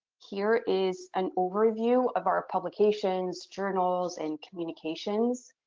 here is an overview of our publications, journals, and communications.